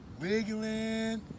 Wiggling